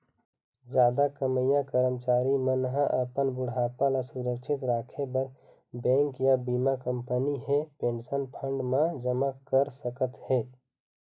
जादा कमईया करमचारी मन ह अपन बुढ़ापा ल सुरक्छित राखे बर बेंक या बीमा कंपनी हे पेंशन फंड म जमा कर सकत हे